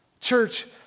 church